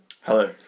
Hello